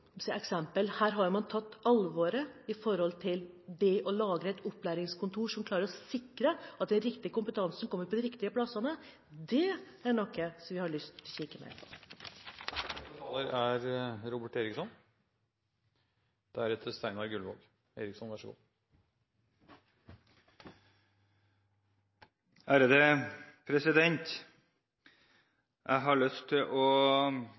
eksempel. Her har man tatt dette på alvor ved å lage opplæringskontorer som klarer å sikre at det er riktig kompetanse som kommer til de riktige plassene. Det er noe vi har lyst til å kikke mer